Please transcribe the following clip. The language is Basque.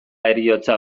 heriotza